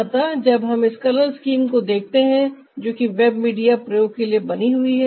अतः जब हम इस कलर स्कीम को देखते हैं जो कि वेब मीडिया प्रयोग के लिए बनी हुई है